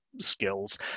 skills